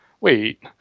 wait